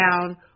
down